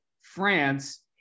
France